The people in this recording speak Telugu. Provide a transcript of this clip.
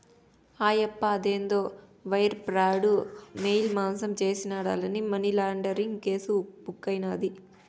ఆయప్ప అదేందో వైర్ ప్రాడు, మెయిల్ మాసం చేసినాడాని మనీలాండరీంగ్ కేసు బుక్కైనాది